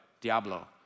diablo